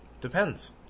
Depends